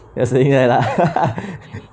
you're saying that lah